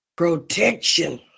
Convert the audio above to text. Protection